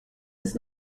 bis